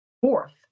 fourth